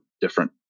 different